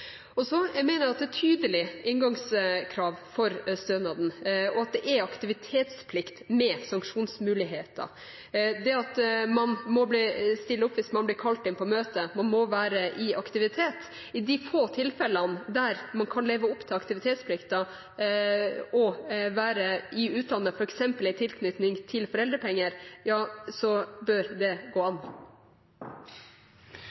vis. Så mener jeg at det er tydelige inngangskrav for stønaden og at det er aktivitetsplikt med sanksjonsmuligheter, det at man må stille opp hvis man blir kalt inn til møte, man må være i aktivitet. I de få tilfellene der man kan leve opp til aktivitetsplikten og være i utdanning f.eks. i tilknytning til foreldrepenger, så bør det gå an.